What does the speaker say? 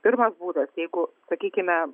pirmas būdas jeigu sakykime